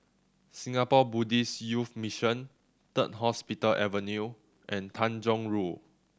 Singapore Buddhist Youth Mission Third Hospital Avenue and Tanjong Rhu